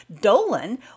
Dolan